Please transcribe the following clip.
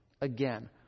Again